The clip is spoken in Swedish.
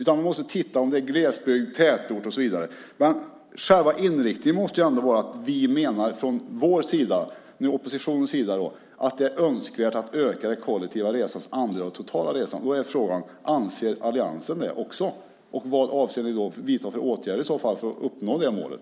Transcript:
Man måste titta om det är glesbygd, tätort och så vidare. Men själva inriktningen måste ändå vara den vi för fram från oppositionens sida. Det är önskvärt att öka det kollektiva resandets andel av det totala resandet. Frågan är då: Anser alliansen det också? Vilka åtgärder avser ni i så fall att vidta för att uppnå det målet?